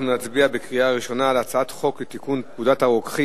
אנחנו נצביע בקריאה ראשונה על הצעת חוק לתיקון פקודת הרוקחים